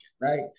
right